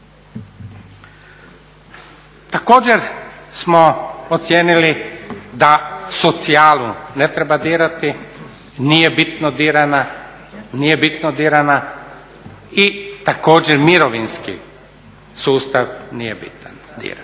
Također smo ocijenili da socijalu ne treba dirati. Nije bitno dirana, i također mirovinski sustav nije bitno diran.